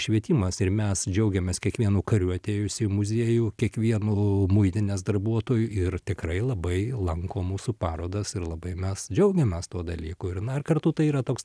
švietimas ir mes džiaugiamės kiekvienu kariu atėjusiu į muziejų kiekvienu muitinės darbuotoju ir tikrai labai lanko mūsų parodas ir labai mes džiaugiamės tuo dalyku ir na ir kartu tai yra toks